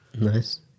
Nice